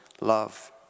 love